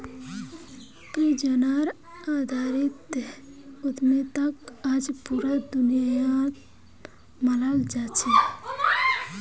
परियोजनार आधारित उद्यमिताक आज पूरा दुनियात मानाल जा छेक